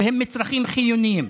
והם מצרכים חיוניים.